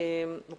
בוקר טוב לכולם,